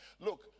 look